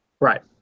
Right